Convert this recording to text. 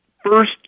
first